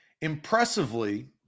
Impressively